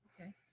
Okay